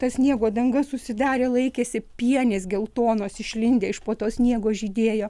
ta sniego danga susidarė laikėsi pienės geltonos išlindę iš po to sniego žydėjo